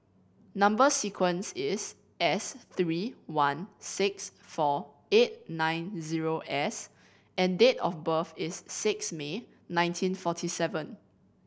number sequence is S three one six four eight nine zero S and date of birth is six May nineteen forty seven